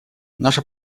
наша